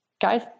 guys